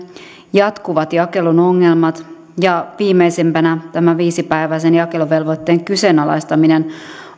jatkuvat jakelun ongelmat ja viimeisimpänä tämä viisipäiväisen jakeluvelvoitteen kyseenalaistaminen